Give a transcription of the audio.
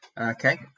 Okay